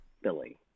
Billy